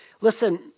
Listen